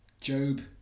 Job